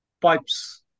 pipes